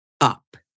up